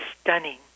stunning